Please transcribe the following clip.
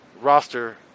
roster